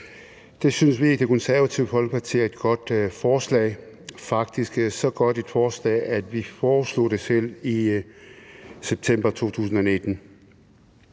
Det synes vi i Det Konservative Folkeparti er et godt forslag – faktisk så godt et forslag, at vi selv foreslog det i september 2019.